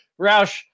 Roush